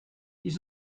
ils